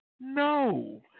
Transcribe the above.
No